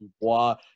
Dubois